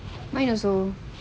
mine also